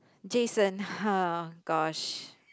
Jason oh gosh